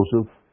Joseph